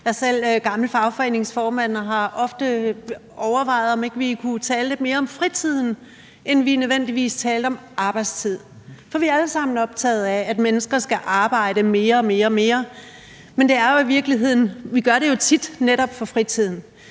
er selv gammel fagforeningsformand og har ofte overvejet, om ikke vi kunne tale lidt mere om fritiden, end vi taler om arbejdstiden. For vi er alle sammen optaget af, at mennesker skal arbejde mere og mere, men vi gør det jo tit netop for fritiden.